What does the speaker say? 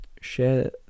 share